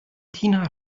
tina